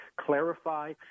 clarify